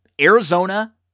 Arizona